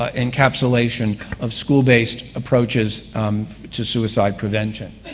ah encapsulation of school-based approaches to suicide prevention.